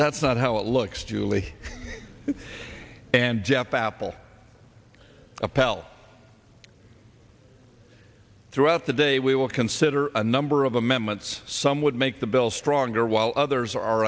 that's not how it looks julie and jeff apple appelle throughout the day we will consider a number of amendments some would make the bill stronger while others are